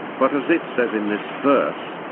but as it says in this verse,